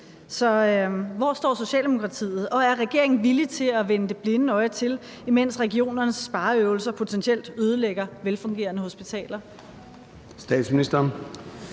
hvor står Socialdemokratiet, og er regeringen villig til at vende det blinde øje til, imens regionernes spareøvelser potentielt ødelægger velfungerende hospitaler?